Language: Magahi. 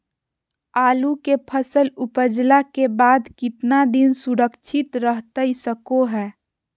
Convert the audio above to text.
आलू के फसल उपजला के बाद कितना दिन सुरक्षित रहतई सको हय?